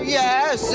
yes